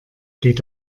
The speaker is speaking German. geht